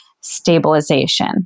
stabilization